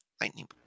lightning